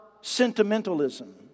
sentimentalism